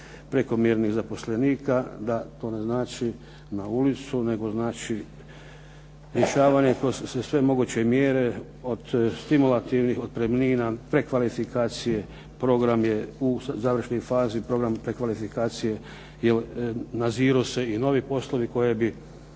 prekomjernih zaposlenika, da to ne znači na ulicu nego znači rješavanje. To su sve moguće mjere od stimulativnih otpremnina, prekvalifikacije, program je u završnoj fazi, program prekvalifikacije jer naziru se i novi poslovi koje bi